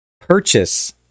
purchase